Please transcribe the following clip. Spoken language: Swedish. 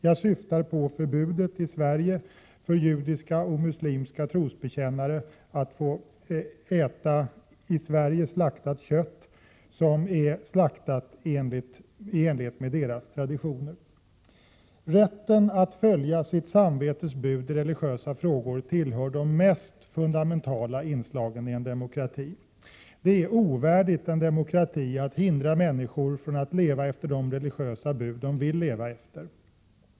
Jag syftar på förbudet i Sverige för judiska och muslimska trosbekännare att få äta i Sverige, enligt deras traditioner slaktat kött. Rätten att följa sitt samvetes bud i religiösa frågor tillhör de mest fundamentala inslagen i en demokrati. Det är ovärdigt en demokrati att hindra människor från att leva efter de religiösa bud som de vill leva efter.